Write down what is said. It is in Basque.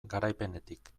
garaipenetik